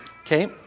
Okay